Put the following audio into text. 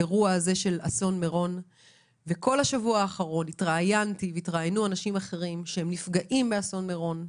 כל השבוע האחרון התראיינו אנשים שנפגעו באסון מירון.